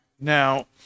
Now